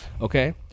Okay